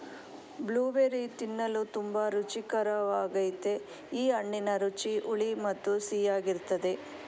blueberry ತಿನ್ನಲು ತುಂಬಾ ರುಚಿಕರ್ವಾಗಯ್ತೆ ಈ ಹಣ್ಣಿನ ರುಚಿ ಹುಳಿ ಮತ್ತು ಸಿಹಿಯಾಗಿರ್ತದೆ